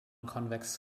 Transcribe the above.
convex